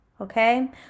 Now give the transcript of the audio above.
okay